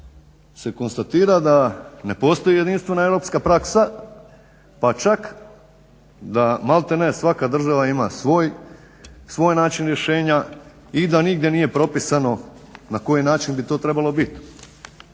se konstatira da ne postoji jedinstvena europska praksa pa čak da maltene svaka država ima svoj način rješenja i da nigdje nije propisano na koji način bi to trebalo biti.